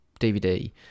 DVD